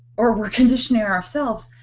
or we are conditioning ourselves.